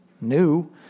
new